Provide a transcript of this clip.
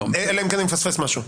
אלא אם כן אני מפספס משהו.